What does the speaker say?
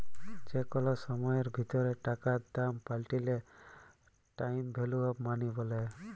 যে কল সময়ের ভিতরে টাকার দাম পাল্টাইলে টাইম ভ্যালু অফ মনি ব্যলে